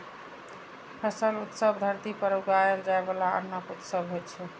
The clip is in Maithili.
फसल उत्सव धरती पर उगाएल जाइ बला अन्नक उत्सव होइ छै